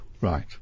Right